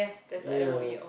ya